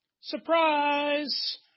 Surprise